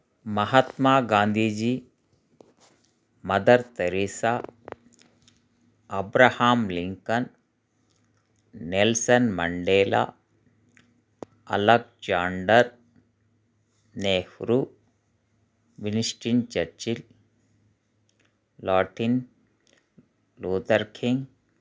Mahatma Gandhiji Mother Teresa Abraham Lincoln Nelson Mandela Alexander Nehru Winston Churchill Martin Luther king